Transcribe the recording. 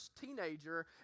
teenager